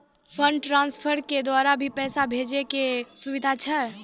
Fund transfer के द्वारा भी पैसा भेजै के सुविधा छै?